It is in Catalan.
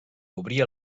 obria